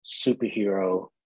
superhero